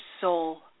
soul